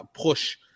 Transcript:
push